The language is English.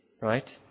Right